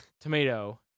Tomato